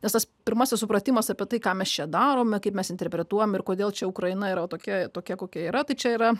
nes tas pirmasis supratimas apie tai ką mes čia darome kaip mes interpretuojame ir kodėl čia ukraina yra tokia tokia kokia yra tai čia yra